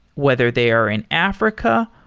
whether they are in africa,